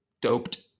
doped